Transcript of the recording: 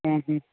ହୁଁ ହୁଁ